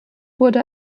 wurde